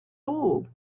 old